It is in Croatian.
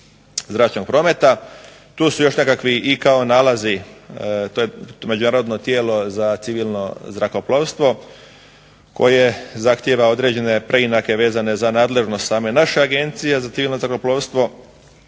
zračnog prometa. Tu su još nekakvi i kao nalazi to međunarodno tijelo za civilno zrakoplovstvo koje zahtjeva određene preinake vezane za nadležnost same naše Agencije za civilno zrakoplovstvo.